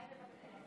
חברות וחברים,